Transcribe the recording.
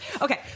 Okay